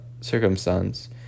circumstance